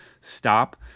stop